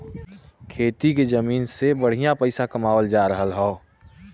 खेती के जमीन से बढ़िया पइसा कमावल जा रहल हौ